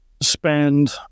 spend